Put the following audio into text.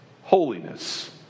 Holiness